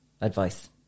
advice